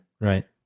Right